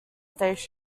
stations